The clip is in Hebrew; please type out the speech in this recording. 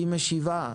היא משיבה.